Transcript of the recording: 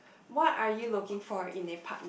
what are you looking for in a partner